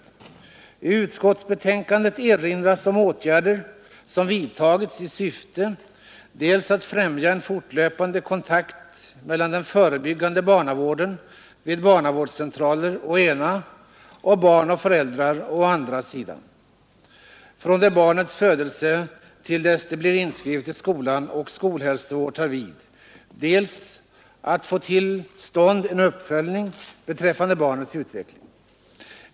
I utskottsbetänkandet erinras om ”åtgärder, som vidtagits i syfte dels att främja en fortlöpande kontakt mellan den förebyggande barnavården vid barnavårdscentraler, å ena, och barn och föräldrar, å andra sidan, från det barnet föds till dess det inskrivs vid skola och skolhälsovården tar vid, dels att få till stånd en uppföljning beträffande barnens utveckling”.